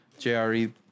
JRE